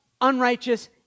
unrighteous